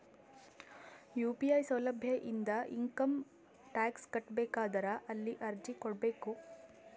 UPI ಸೌಲಭ್ಯ ಇಂದ income tax ಕಟ್ಟಬೇಕಾದರ ಎಲ್ಲಿ ಅರ್ಜಿ ಕೊಡಬೇಕು?